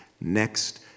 next